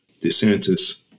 DeSantis